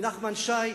מנחמן שי,